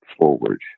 Forward